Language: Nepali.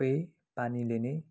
सबै पानीले नै